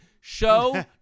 show